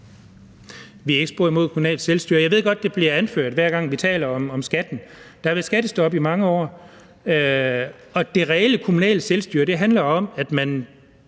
Vi er ikke spor imod kommunalt selvstyre. Jeg ved godt, det bliver anført, hver gang vi taler om skatten. Der har været skattestop i mange år, og det reelle kommunale selvstyre handler om, at man